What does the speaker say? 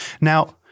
Now